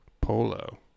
Polo